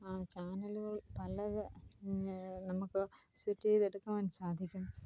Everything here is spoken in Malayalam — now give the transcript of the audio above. ചാനലുകൾ പലത് നമുക്ക് സെറ്റ് ചെയ്തെടുക്കുവാൻ സാധിക്കും